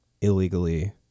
illegally